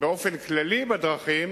באופן כללי בדרכים,